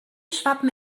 schwappen